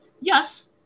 Yes